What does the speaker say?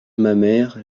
mamers